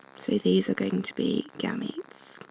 so these are going to be gametes.